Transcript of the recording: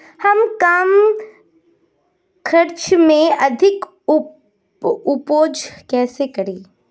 हम कम खर्च में अधिक उपज कैसे करें?